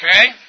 Okay